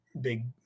big